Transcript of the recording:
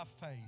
faith